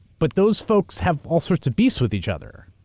but those folks have all sorts of beefs with each other.